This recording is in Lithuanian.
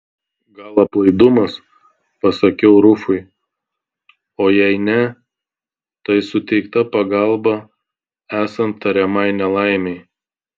gal aplaidumas pasakiau rufui o jei ne tai suteikta pagalba esant tariamai nelaimei